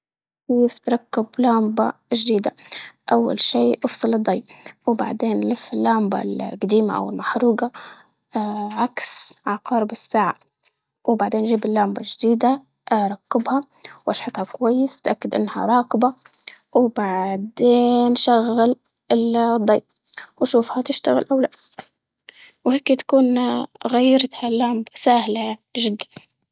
كيف تركب لامبة جديدة؟ أول شي افصل الضي، وبعدين لف اللامبة ال- القديمة أو المحروقة عكس عقارب الساعة وبعدين جيب اللامبة الجديدة ركبها واشحطها كويس وتاكد إنها راكبة وبعدين شغل ال- الضي، وشو حتشتغل أو لا، وهيكي تكون غيرت اللامبة ساهلة جدا.